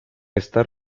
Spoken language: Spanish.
está